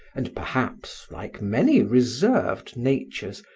and, perhaps, like many reserved natures,